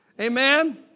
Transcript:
Amen